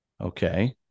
Okay